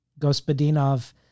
Gospodinov